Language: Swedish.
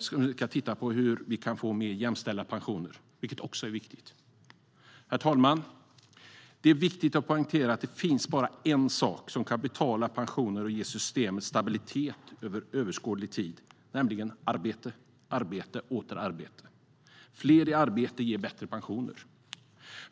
som ska titta på hur vi kan få mer jämställda pensioner, vilket också är viktigt. Herr talman! Det är viktigt att poängtera att det finns bara en sak som kan betala pensioner och ge systemet stabilitet under överskådlig tid, nämligen arbete, arbete och åter arbete. Fler i arbete ger bättre pensioner.